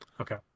Okay